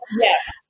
Yes